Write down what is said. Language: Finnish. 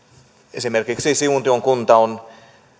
esimerkiksi siuntion kunta on